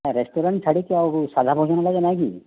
restaurant ଛାଡ଼ିକି ଆଉ ସାଧା ଭୋଜନ ଲାଗି ନାହଁ କି